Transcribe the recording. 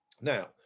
Now